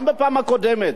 גם בפעם הקודמת,